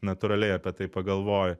natūraliai apie tai pagalvoju